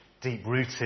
deep-rooted